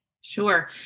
Sure